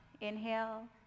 inhale